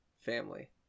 family